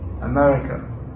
America